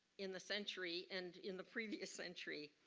in the century and in the previous century.